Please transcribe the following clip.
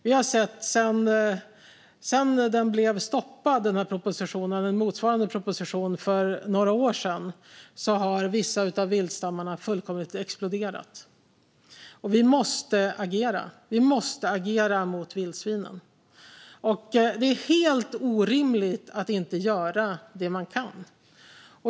Vi har sett, sedan en motsvarande proposition blev stoppad för några år sedan, att vissa av viltstammarna fullkomligt har exploderat. Vi måste agera mot vildsvinen. Det är helt orimligt att inte göra det man kan.